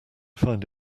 find